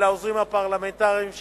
ולעוזרים הפרלמנטריים שלי,